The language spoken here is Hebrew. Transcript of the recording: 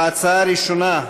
ההצעה הראשונה,